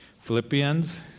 Philippians